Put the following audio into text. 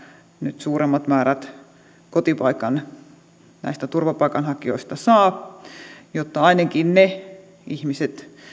nyt suuremmat määrät näistä turvapaikanhakijoista saavat kotipaikan jotta ainakin ne ihmiset